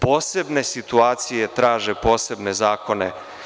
Posebne situacije traže posebne zakone.